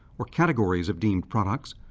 or categories of deemed products,